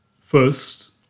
First